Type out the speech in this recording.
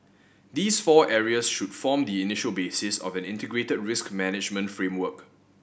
these four areas should form the initial basis of an integrated risk management framework